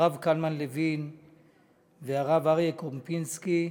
הרב קלמן לוין והרב אריה קופינסקי,